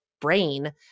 brain